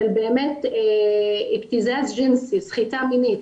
של סחיטה מינית.